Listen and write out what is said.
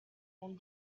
ont